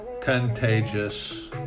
contagious